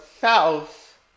south